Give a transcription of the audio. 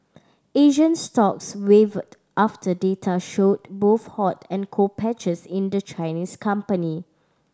Asian stocks wavered after data showed both hot and cold patches in the Chinese company